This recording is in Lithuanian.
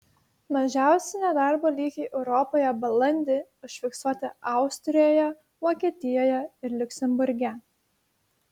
mažiausi nedarbo lygiai europoje balandį užfiksuoti austrijoje vokietijoje ir liuksemburge